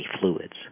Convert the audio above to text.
fluids